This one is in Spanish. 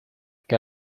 que